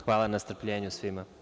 Hvala na strpljenju svima.